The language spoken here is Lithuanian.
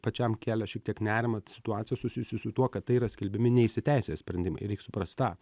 pačiam kelia šiek tiek nerimą situacija susijusi su tuo kad tai yra skelbiami neįsiteisėję sprendimai reik suprast tą